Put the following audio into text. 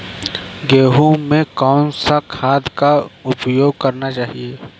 गेहूँ में कौन सा खाद का उपयोग करना चाहिए?